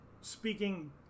speaking